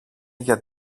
για